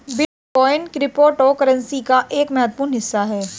bitcoin cryptocurrency का ही एक महत्वपूर्ण हिस्सा है